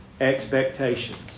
expectations